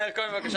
בבקשה